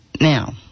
Now